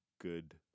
good